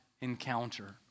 encounter